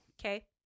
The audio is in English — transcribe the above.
Okay